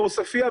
בעספיא,